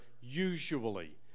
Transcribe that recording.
usually